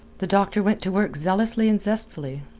the doctor went to work zealously and zestfully,